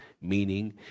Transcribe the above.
Meaning